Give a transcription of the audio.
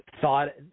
thought